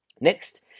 Next